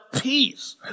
peace